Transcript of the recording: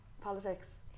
politics